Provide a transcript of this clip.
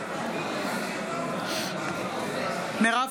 נגד מירב